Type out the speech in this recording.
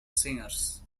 singers